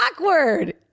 awkward